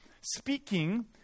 speaking